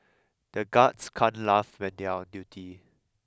the guards can't laugh when they are on duty